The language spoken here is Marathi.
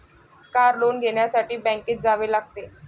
कार लोन घेण्यासाठी बँकेत जावे लागते